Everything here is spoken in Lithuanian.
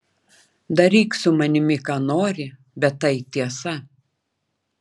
daryk su manimi ką nori bet tai tiesa